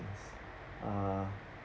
ah